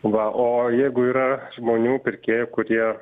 va o jeigu yra žmonių pirkėjų kurie